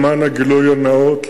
למען הגילוי הנאות,